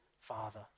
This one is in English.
Father